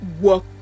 work